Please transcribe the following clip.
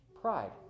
Pride